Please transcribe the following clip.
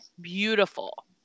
beautiful